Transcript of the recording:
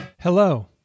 Hello